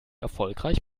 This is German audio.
erfolgreich